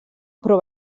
però